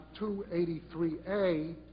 283A